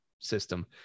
system